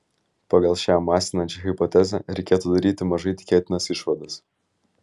pagal šią masinančią hipotezę reikėtų daryti mažai tikėtinas išvadas